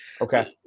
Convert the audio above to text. okay